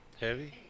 heavy